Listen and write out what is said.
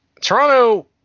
Toronto